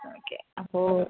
okay അപ്പോൾ